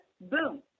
Boom